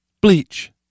Bleach